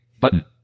Button